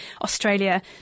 Australia